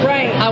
Right